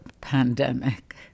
pandemic